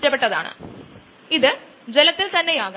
കിടക്കയുണ്ട് substrate solution കിടക്കയിലൂടെ കടന്നുപോകുന്നു കിടക്കയുടെ അവസാനത്തിൽ അത് പുറത്തുവരുമ്പോൾ അതിൽ പരിവർത്തനം നടത്തുന്നു